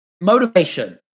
motivation